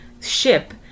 ship